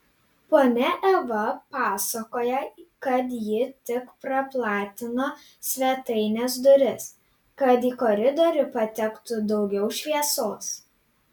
ponia eva pasakoja kad ji tik praplatino svetainės duris kad į koridorių patektų daugiau šviesos